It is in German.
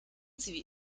sie